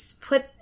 put